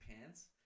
pants